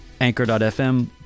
anchor.fm